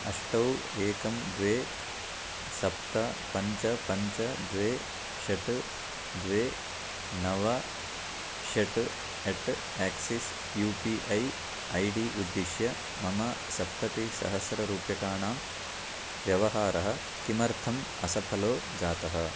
अष्ट एकं द्वे सप्त पञ्च पञ्च द्वे षट् द्वे नव षट् at Axis U P I I D उद्दिश्य मम सप्ततिसहस्ररूप्यकाणां व्यवहारः किमर्थम् असफलो जातः